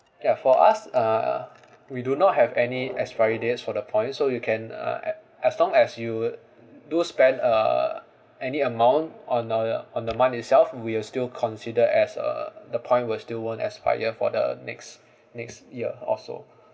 ya for us uh we do not have any expiry dates for the point so you can uh as long as you do spend uh any amount on a on the month itself we will still consider as uh the point will still won't expire for the next next year or so